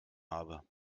habe